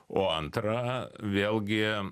o antra vėlgi